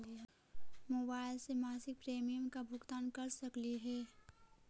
Mobile से मासिक premium के भुगतान कर सकली हे?